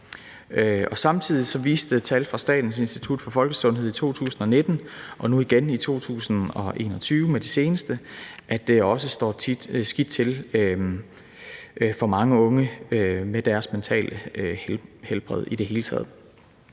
Samtidig viste tal fra Statens Institut for Folkesundhed i 2019 og nu igen med den seneste opgørelse i 2021, at det også for mange unge står skidt til med deres mentale helbred i det hele taget.